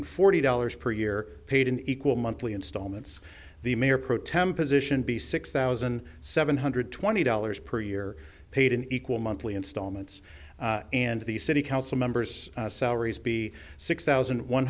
forty dollars per year paid an equal monthly installments the mayor pro tem position b six thousand seven hundred twenty dollars per year paid an equal monthly instalments and the city council members salaries be six thousand one